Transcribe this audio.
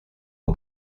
aux